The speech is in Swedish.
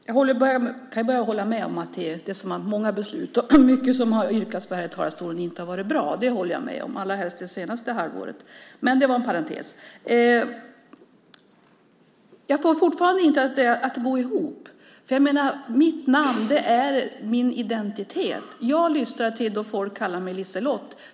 Fru talman! Jag kan börja med att hålla med om att många beslut och mycket som har yrkats från den här talarstolen inte har varit bra, allra helst under det senaste halvåret. Men det var en parentes. Jag får fortfarande inte detta att gå ihop. Mitt namn är min identitet. Jag lystrar när folk kallar mig för LiseLotte.